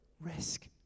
Risk